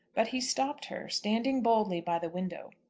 but he stopped her, standing boldly by the window.